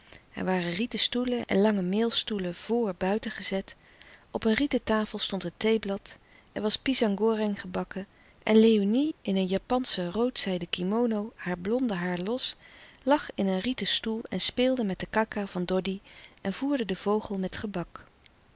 er waren rieten stoelen en lange mail stoelen vr buiten gezet op een rieten tafel stond het theeblad er was pisang goreng gebakken en léonie in een japansche roodzijden kimono haar blonde haar los lag in een rieten stoel en speelde met de kaka van doddy en voerde den vogel met gebak